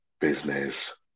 business